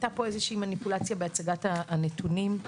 שהיתה פה איזושהי מניפולציה בהצגת הנתונים.